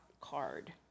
card